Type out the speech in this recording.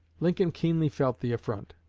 lincoln keenly felt the affront,